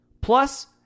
plus